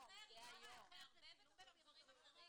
אבל את מערבבת עכשיו דברים אחרים.